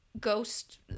ghost